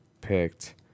picked